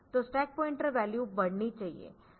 तो stack pointer value बढ़नी चाहिए